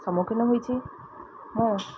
ସମ୍ମୁଖୀନ ହୋଇଛି ମୁଁ